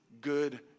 good